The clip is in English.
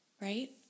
right